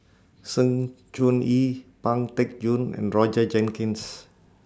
Sng Choon Yee Pang Teck Joon and Roger Jenkins